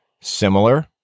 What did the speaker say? similar